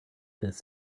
this